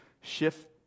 shift